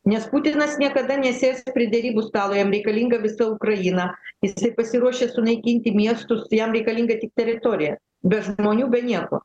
nes putinas niekada nesės prie derybų stalo jam reikalinga visa ukraina jisai pasiruošęs sunaikinti miestus jam reikalinga tik teritorija be žmonių be nieko